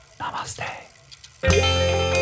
namaste